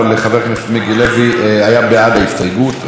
אבל חבר הכנסת מיקי לוי היה בעד ההסתייגות.